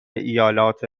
ایالات